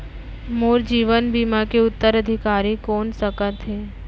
मोर जीवन बीमा के उत्तराधिकारी कोन सकत हे?